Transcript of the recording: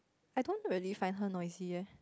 I don't really find her noisy eh